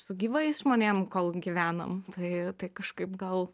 su gyvais žmonėm kol gyvenam tai tai kažkaip gal